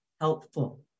helpful